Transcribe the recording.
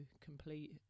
complete